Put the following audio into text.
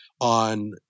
on